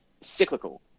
cyclical